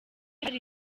hari